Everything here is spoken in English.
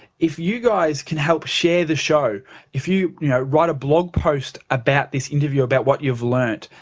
if you guys can help share the show if you you know write a blog post about this interview, about what you've learned,